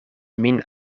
min